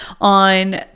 on